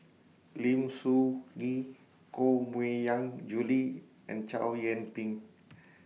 Lim Soo Ngee Koh Mui Hiang Julie and Chow Yian Ping